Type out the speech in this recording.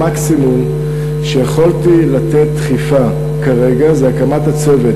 מקסימום הדחיפה שיכולתי לתת כרגע זה הקמת הצוות